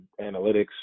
analytics